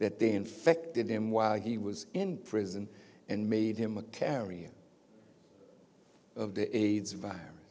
that they infected him while he was in prison and made him a carrier of the aids virus